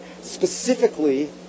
specifically